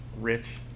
rich